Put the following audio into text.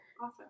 Awesome